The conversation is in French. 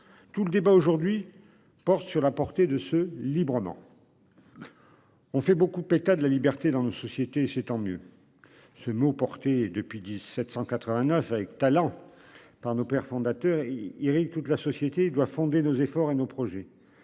Tout le débat aujourd'hui porte sur la portée de ce librement. On fait beaucoup. État de la liberté dans notre société c'est tant mieux. Ce mot porté depuis 1789 avec talent par nos pères fondateurs. Éric toute la société doit fonder nos efforts et nos projets